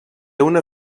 una